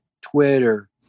Twitter